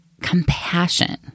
compassion